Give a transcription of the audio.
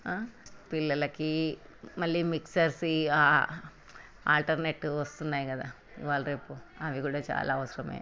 పిల్లలకి మళ్ళీ mixers alternative వస్తున్నాయి కదా ఇవాళ రేపు అయి కూడా చాలా అవసరమే